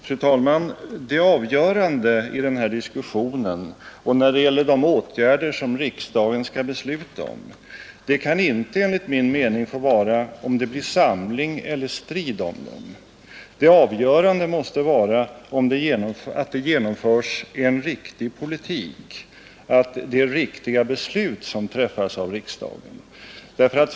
Fru talman! Det avgörande i denna diskussion och när det gäller de åtgärder som riksdagen skall besluta om kan enligt min mening inte få vara huruvida det blir samling eller strid kring åtgärderna. Det avgörande måste vara att det genomförs en riktig politik, att det är riktiga beslut som träfffas av riksdagen.